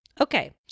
Okay